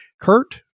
Kurt